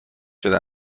شده